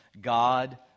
God